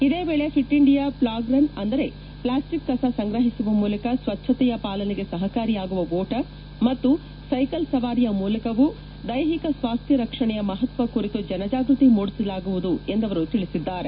ಇದೇ ವೇಳೆ fit India flag run ಅಂದರೆ ಪ್ಲಾಸ್ಟಿಕ್ ಕಸ ಸಂಗ್ರಹಿಸುವ ಮೂಲಕ ಸ್ವಚ್ವತೆಯ ಪಾಲನೆಗೆ ಸಹಕಾರಿಯಾಗುವ ಓಟ ಮತ್ತು ಸೈಕಲ್ ಸವಾರಿಯ ಮೂಲಕವೂ ದೈಹಿಕ ಸ್ವಾಸ್ವ ರಕ್ಷಣೆಯ ಮಹತ್ವ ಕುರಿತು ಜನಜಾಗೃತಿ ಮೂಡಿಸಲಾಗುವುದು ಎಂದು ಅವರು ತಿಳಿಸಿದ್ದಾರೆ